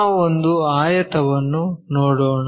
ನಾವು ಒಂದು ಆಯತವನ್ನು ನೋಡೋಣ